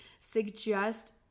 suggest